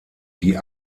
die